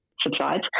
subsides